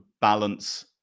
balance